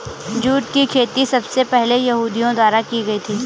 jute की खेती सबसे पहले यहूदियों द्वारा की गयी थी